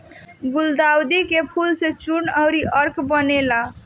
गुलदाउदी के फूल से चूर्ण अउरी अर्क बनेला